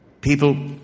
People